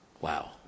Wow